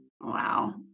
Wow